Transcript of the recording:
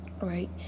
right